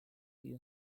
you